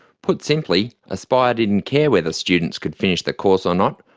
put simply, aspire didn't care whether students could finish the course or not,